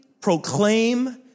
proclaim